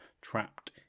trapped